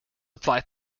apply